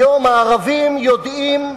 היום הערבים יודעים: